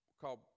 called